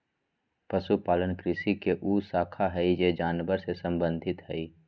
पशुपालन कृषि के उ शाखा हइ जे जानवर से संबंधित हइ